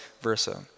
versa